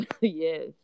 yes